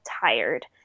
tired